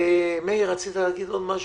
מאיר, רצית להגיד עוד משהו?